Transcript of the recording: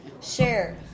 share